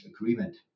agreement